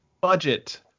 Budget